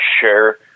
share